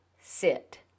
sit